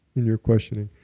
in your questioning.